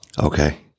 Okay